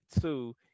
two